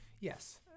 Yes